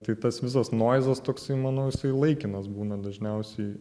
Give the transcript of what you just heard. tai tas visas noizas toksai manau jisai laikinas būna dažniausiai